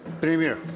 Premier